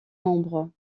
membres